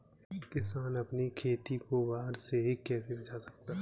किसान अपनी खेती को बाढ़ से कैसे बचा सकते हैं?